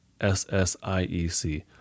ssiec